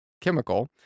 chemical